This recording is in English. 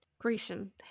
Grecian